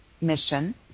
mission